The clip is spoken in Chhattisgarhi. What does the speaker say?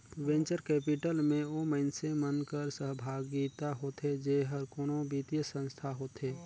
वेंचर कैपिटल में ओ मइनसे मन कर सहभागिता होथे जेहर कोनो बित्तीय संस्था होथे